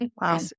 Wow